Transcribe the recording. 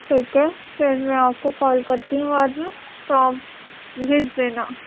ٹھیک ہے پھر میں آپ کو کال کرتی ہوں بعد میں تو آپ بھیج دینا